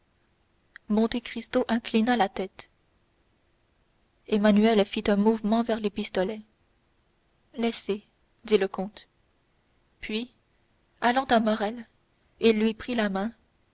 monte cristo inclina la tête emmanuel fit un mouvement vers les pistolets laissez dit le comte puis allant à morrel il lui prit la main